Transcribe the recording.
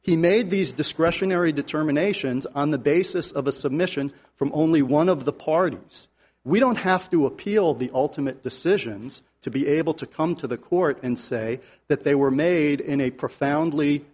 he made these discretionary determinations on the basis of a submission from only one of the parties we don't have to appeal the ultimate decisions to be able to come to the court and say that they were made in a profoundly